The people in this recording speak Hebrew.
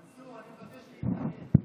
אדוני היושב-ראש, חברים.